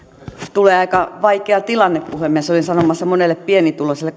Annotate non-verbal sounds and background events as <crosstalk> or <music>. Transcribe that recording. tulee aika vaikea tilanne puhemies olin sanomassa monelle pienituloiselle <unintelligible>